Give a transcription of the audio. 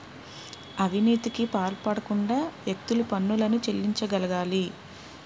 అవినీతికి పాల్పడకుండా వ్యక్తులు పన్నులను చెల్లించగలగాలి